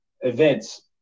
events